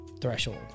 threshold